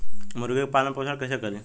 मुर्गी के पालन पोषण कैसे करी?